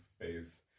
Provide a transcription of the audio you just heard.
face